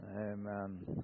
Amen